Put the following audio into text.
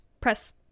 press